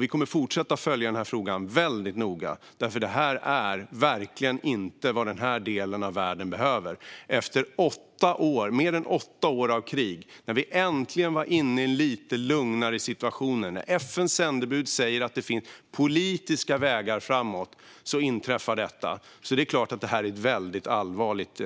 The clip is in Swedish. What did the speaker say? Vi kommer att fortsätta att följa frågan noga, för detta är verkligen inte vad denna del av världen behöver. Efter mer än åtta år av krig var situationen äntligen lite lugnare, och FN:s sändebud sa att det fanns politiska vägar framåt. Då inträffar detta, och det är självfallet väldigt allvarligt.